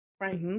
Right